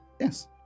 Yes